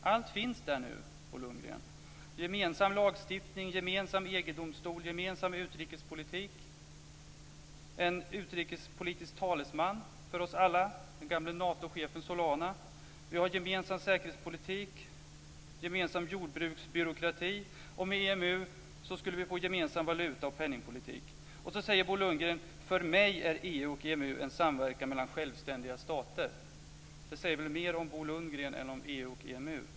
Allt finns där nu, Bo Lundgren. Det finns en gemensam lagstiftning, gemensam EG-domstol, gemensam utrikespolitik. Det finns en utrikespolitisk talesman för oss alla, den gamle Natochefen Solana. Vi har en gemensam säkerhetspolitik, en gemensam jordbruksbyråkrati. Med EMU skulle vi också få en gemensam valuta och penningpolitik. Och så säger Bo Lundgren: För mig är EU och EMU en samverkan mellan självständiga stater. Det uttalandet säger väl mer om Bo Lundgren än om EU och EMU.